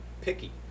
picky